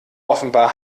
offenbar